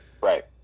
right